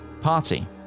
party